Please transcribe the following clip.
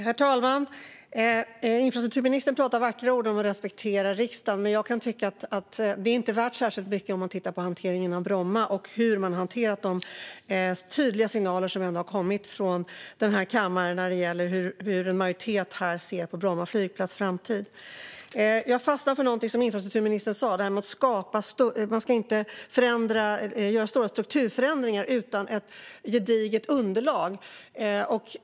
Herr talman! Infrastrukturministern säger vackra ord om att respektera riksdagen, men jag kan tycka att detta inte är värt särskilt mycket när det gäller hanteringen av Bromma och hur man har hanterat de tydliga signaler som har kommit från denna kammare när det gäller hur en majoritet här ser på framtiden för Bromma flygplats. Jag fastnade för det infrastrukturministern sa om att man inte ska göra stora strukturförändringar utan ett gediget underlag.